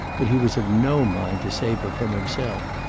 but he was of no mind to save her from himself.